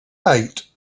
eight